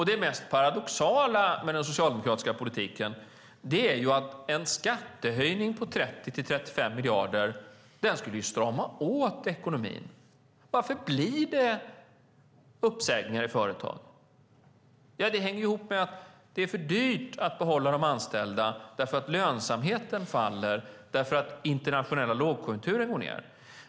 Det mest paradoxala med den socialdemokratiska politiken är att en skattehöjning på 30-35 miljarder skulle strama åt ekonomin. Varför blir det uppsägningar i företag? Jo, det hänger ihop med att det är för dyrt att behålla de anställda, därför att lönsamheten faller och därför att den internationella konjunkturen går ned.